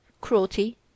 cruelty